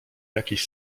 jakiś